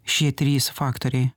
šie trys faktoriai